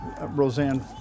Roseanne